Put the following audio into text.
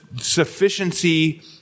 sufficiency